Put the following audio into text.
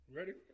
Ready